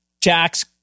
Jack's